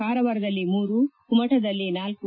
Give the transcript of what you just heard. ಕಾರವಾರದಲ್ಲಿ ಮೂರು ಕುಮಟಾದಲ್ಲಿ ನಾಲ್ಲು